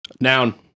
Noun